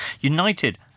United